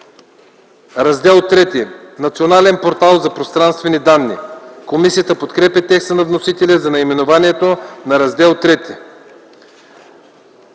„Раздел ІІІ – Национален портал за пространствени данни.” Комисията подкрепя текста на вносителя за наименованието на Раздел